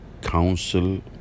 council